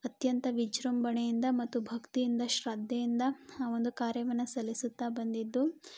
ಅತ್ಯಂತ ವಿಜೃಂಭಣೆಯಿಂದ ಮತ್ತು ಭಕ್ತಿಯಿಂದ ಶ್ರದ್ದೆಯಿಂದ ಆ ಒಂದು ಕಾರ್ಯವನ್ನು ಸಲ್ಲಿಸುತ್ತಾ ಬಂದಿದ್ದು